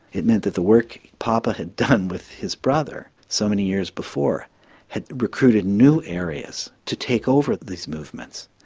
it meant that the work papa had done with his brother so many years before had recruited new areas to take over these movements.